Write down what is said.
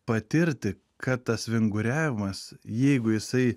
patirti kad tas vinguriavimas jeigu jisai